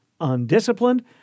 Undisciplined